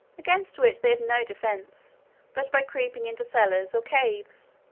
against which they have no defence but by creeping into cellars or caves,